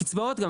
קצבאות גם,